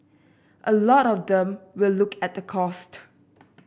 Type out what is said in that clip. a lot of them will look at the cost